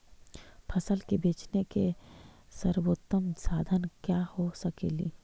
फसल के बेचने के सरबोतम साधन क्या हो सकेली?